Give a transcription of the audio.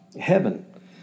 heaven